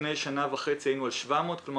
לפני שנה וחצי היינו על 700. כלומר,